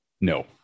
No